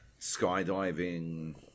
skydiving